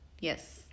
Yes